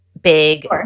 big